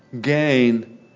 gain